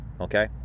Okay